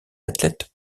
athlètes